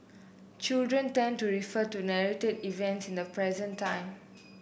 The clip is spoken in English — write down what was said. children tend to refer to narrated events in the present time